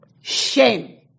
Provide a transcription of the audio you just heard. shame